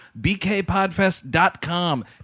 bkpodfest.com